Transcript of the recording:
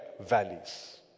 valleys